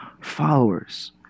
followers